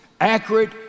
accurate